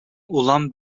улам